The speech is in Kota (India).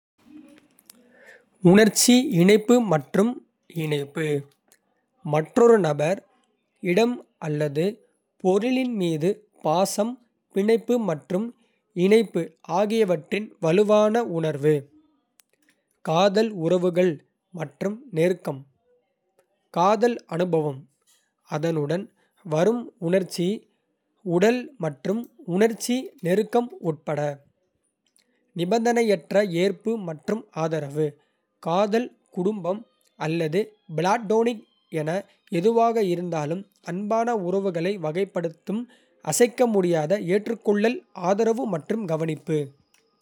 உணர்ச்சி இணைப்பு மற்றும் இணைப்பு மற்றொரு நபர், இடம் அல்லது பொருளின் மீது பாசம், பிணைப்பு மற்றும் இணைப்பு ஆகியவற்றின் வலுவான உணர்வு. காதல் உறவுகள் மற்றும் நெருக்கம் காதல் அனுபவம், அதனுடன் வரும் உணர்ச்சி, உடல் மற்றும் உணர்ச்சி நெருக்கம் உட்பட. நிபந்தனையற்ற ஏற்பு மற்றும் ஆதரவு காதல், குடும்பம் அல்லது பிளாட்டோனிக் என எதுவாக இருந்தாலும், அன்பான உறவுகளை வகைப்படுத்தும் அசைக்க முடியாத ஏற்றுக்கொள்ளல், ஆதரவு மற்றும் கவனிப்பு.